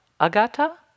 agata